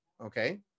okay